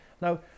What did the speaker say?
Now